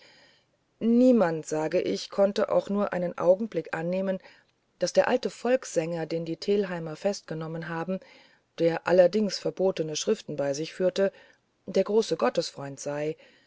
niemand sage ich konnte auch nur einen augenblick annehmen daß der alte volkssänger den die telheimer festgenommen hatten und der allerdings verbotene schriften bei sich führte der große gottesfreund sei